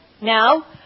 Now